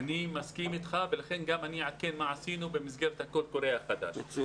אני מסכים אתך ולכן אעדכן מה עשינו במסגרת הקול קורא החדש.